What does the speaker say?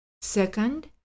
second